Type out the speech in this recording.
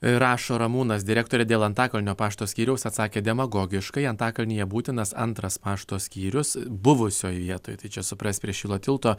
rašo ramūnas direktorę dėl antakalnio pašto skyriaus atsakė demagogiškai antakalnyje būtinas antras pašto skyrius buvusioj vietoj tai čia suprask prie šilo tilto